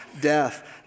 death